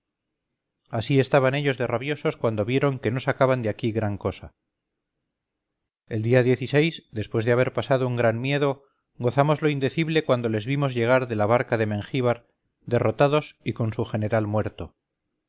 así estaban ellos de rabiosos cuando vieron que no sacaban de aquí gran cosa el día después de haber pasado un gran miedo gozamos lo indecible cuando les vimos llegar de la barca de mengíbar derrotados y con su general muerto